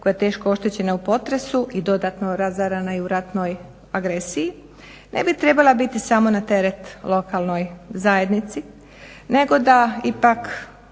koja je teško oštećena u potresu i dodatno razarana i u ratnoj agresiji ne bi trebala biti samo na teret lokalnoj zajednici nego da ipak